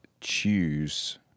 choose